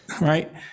right